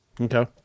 okay